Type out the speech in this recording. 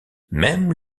même